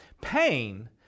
Pain